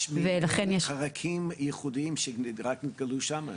יש מיליוני חרקים ייחודיים שרק נתגלו שמה,